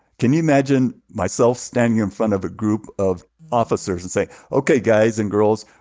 can you imagine myself standing in front of a group of officers and saying, okay, guys and girls,